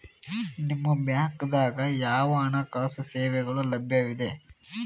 ನಿಮ ಬ್ಯಾಂಕ ದಾಗ ಯಾವ ಹಣಕಾಸು ಸೇವೆಗಳು ಲಭ್ಯವಿದೆ?